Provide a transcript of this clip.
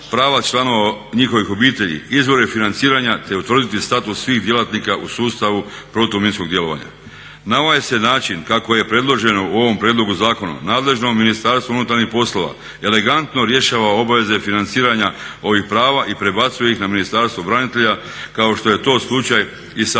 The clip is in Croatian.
prava članova njihovih obitelji, izvore financiranja te utvrditi status svih djelatnika u sustavu protuminskog djelovanja. Na ovaj se način kako je predloženo u ovom prijedlogu zakona nadležno Ministarstvo unutarnjih poslova elegantno rješava obaveze financiranja ovih prava i prebacuje ih na Ministarstvo branitelja kao što je to slučaj i sa